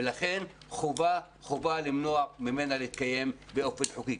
ולכן חובה למנוע ממנה להתקיים באופן חוקי.